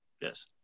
Yes